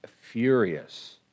furious